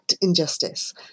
injustice